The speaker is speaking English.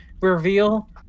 reveal